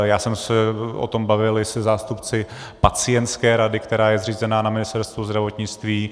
Já jsem se o tom bavil i se zástupci pacientské rady, která je zřízena na Ministerstvu zdravotnictví.